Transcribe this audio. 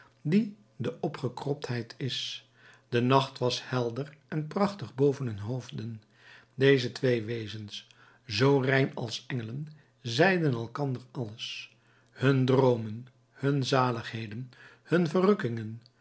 die de opgekroptheid is de nacht was helder en prachtig boven hun hoofden deze twee wezens zoo rein als engelen zeiden elkander alles hun droomen hun zaligheden hun verrukkingen